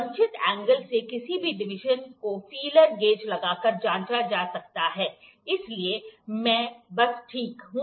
वांछित एंगल से किसी भी डीवीएशन को फीलर गेज लगाकर जांचा जा सकता है इसलिए मैं बस ठीक हूं